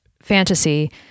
fantasy